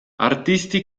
artisti